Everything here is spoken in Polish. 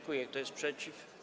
Kto jest przeciw?